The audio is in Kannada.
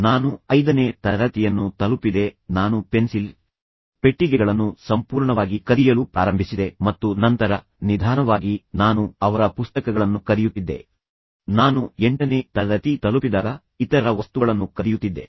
ನಾನು ಐದನೇ ತರಗತಿಯನ್ನು ತಲುಪಿದೆ ನಾನು ಪೆನ್ಸಿಲ್ ಪೆಟ್ಟಿಗೆಗಳನ್ನು ಸಂಪೂರ್ಣವಾಗಿ ಕದಿಯಲು ಪ್ರಾರಂಭಿಸಿದೆ ಮತ್ತು ನಂತರ ನಿಧಾನವಾಗಿ ನಾನು ಅವರ ಪುಸ್ತಕಗಳನ್ನು ಕದಿಯುತ್ತಿದ್ದೆ ನಾನು ಎಂಟನೇ ತರಗತಿ ತಲುಪಿದಾಗ ಇತರರ ವಸ್ತುಗಳನ್ನು ಕದಿಯುತ್ತಿದ್ದೆ